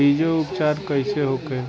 बीजो उपचार कईसे होखे?